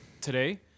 today